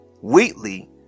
Wheatley